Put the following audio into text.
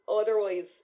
otherwise